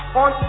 on